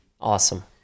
awesome